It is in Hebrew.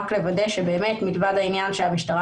רק לוודא שבאמת מדובר בכך שהמשטרה